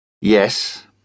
Yes